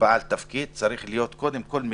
בעל תפקיד צריך להיות קודם כול מקצועי,